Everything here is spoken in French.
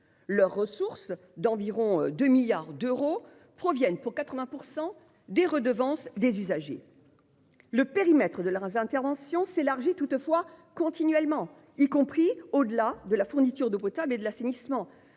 Leurs ressources, d'environ 2 milliards d'euros, proviennent pour 80 % des redevances des usagers. Le périmètre de leurs interventions s'élargit toutefois continuellement, y compris au-delà de la fourniture d'eau potable et de l'assainissement,